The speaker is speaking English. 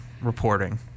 reporting